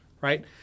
right